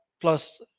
Plus